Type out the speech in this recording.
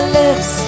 lips